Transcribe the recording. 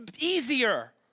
easier